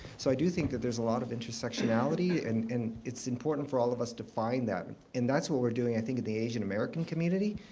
so i do think that there's a lot of intersectionality. and and it's important for all of us to find that. and that's what we're doing, i think, at the asian-american community.